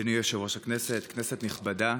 אדוני יושב-ראש הכנסת, כנסת נכבדה,